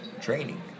training